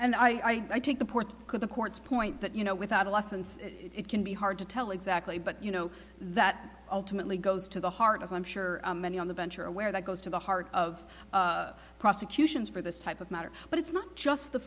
d i take the point could the court's point that you know without a license it can be hard to tell exactly but you know that ultimately goes to the heart as i'm sure many on the bench are aware that goes to the heart of prosecutions for this type of matter but it's not just the